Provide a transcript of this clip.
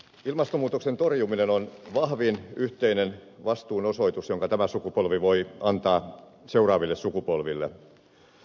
ilmastonmuutoksen torjuminen on vahvin yhteinen vastuun osoitus minkä tämä sukupolvi voi antaa seuraaville sukupolville